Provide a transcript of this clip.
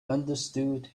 understood